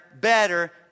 better